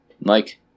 Mike